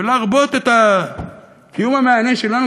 ולהרבות את הקיום המהנה שלנו?